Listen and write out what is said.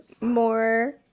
more